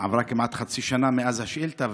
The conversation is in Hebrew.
עברה כמעט חצי שנה מאז השאילתה,